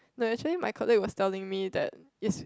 no actually my colleague was telling me that is